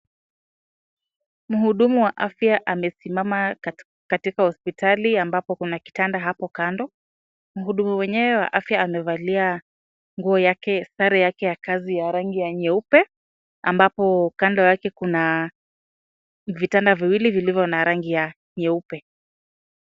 Mhudumu wa afya amesimama katika hospitali ambapo kuna kitanda hapo kando mhudmu mwenyewe wa afya amevalia nguo yake , sare yake ya kazi ya rangi ya nyeupe ambapo kando yake kuna vitanda viwili vilivyo na rangi nyeupe.